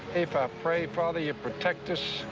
i pray, father, you protect us.